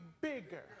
bigger